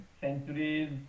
centuries